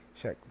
check